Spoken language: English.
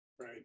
Right